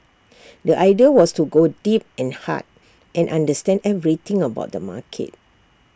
the idea was to go deep and hard and understand everything about the market